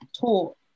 taught